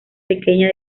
pequeña